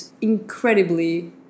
incredibly